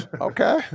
Okay